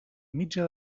mitja